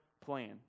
plan